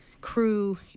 crew